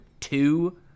two